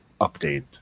update